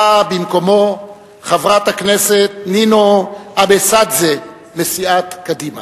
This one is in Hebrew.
באה במקומו חברת הכנסת נינו אבסדזה מסיעת קדימה.